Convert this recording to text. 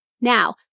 Now